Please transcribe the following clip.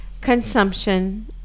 Consumption